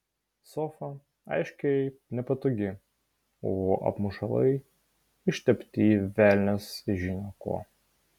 sofa aiškiai nepatogi o apmušalai ištepti velnias žino kuo